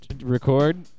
Record